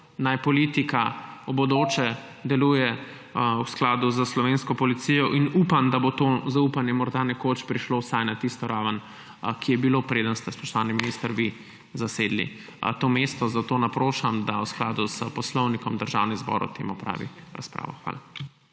naj politika v bodoče deluje v skladu s slovensko Policijo. Upam, da bo to zaupanje morda nekoč prišlo vsaj na tisto raven, ki je bila, preden ste, spoštovani minister, vi zasedli to mesto. Zato naprošam, da v skladu s poslovnikom Državni zbor o tem opravi razpravo. Hvala.